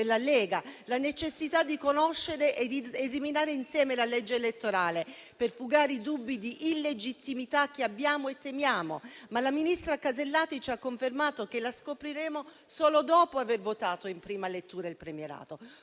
la Lega, la necessità di conoscere e di esaminare insieme la legge elettorale per fugare i dubbi di illegittimità che abbiamo e temiamo, ma la ministra Casellati ci ha confermato che la scopriremo solo dopo aver votato in prima lettura il premierato.